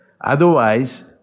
Otherwise